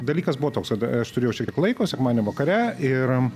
dalykas buvo toks tada aš turėjau šiek tiek laiko sekmadienį vakare ir